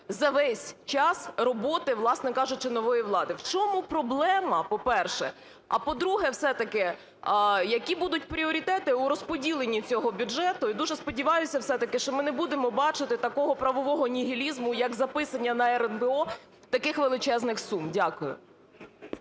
за весь час роботи, власне кажучи, нової влади. В чому проблема, по-перше? А, по-друге, все-таки які будуть пріоритети у розподіленні цього бюджету? І, дуже сподіваюся все-таки, що ми не будемо бачити такого правового нігілізму, як записані на РНБО, таких величезних сум. Дякую.